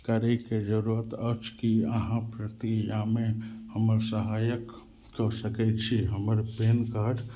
करैके जरूरत अछि कि अहाँ प्रक्रियामे हमर सहायक कऽ सकै छी हमर पैन कार्ड